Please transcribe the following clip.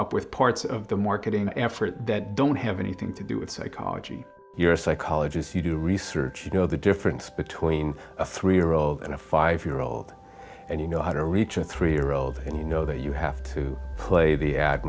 up with parts of the marketing effort that don't have anything to do with psychology you're a psychologist you do research you know the difference between a three year old and a five year old and you know how to reach a three year old and you know that you have to play the ad